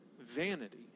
vanity